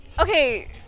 okay